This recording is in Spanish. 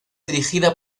dirigida